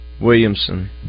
Williamson